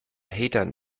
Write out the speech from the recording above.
hatern